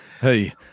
Hey